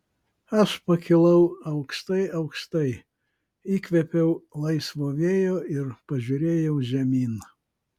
aš pakilau aukštai aukštai įkvėpiau laisvo vėjo ir pažiūrėjau žemyn